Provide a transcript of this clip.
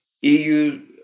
EU